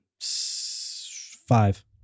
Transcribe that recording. Five